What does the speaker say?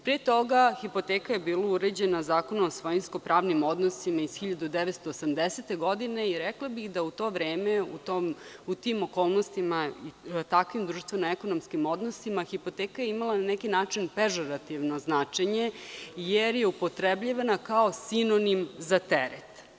Pre toga, hipoteka je bila uređena Zakonom o svojinsko pravnim odnosima iz 1980. godine i rekla bih da u to vreme, u tim okolnostima takvim društveno ekonomskim odnosima, hipoteka je imala na neki način pežurativno značenje, jer je upotrebljivana kao sinonim za teret.